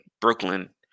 Brooklyn